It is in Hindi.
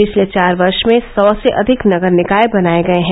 पिछले चार वर्ष में सौ से अधिक नगर निकाय बनाये गये हैं